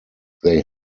they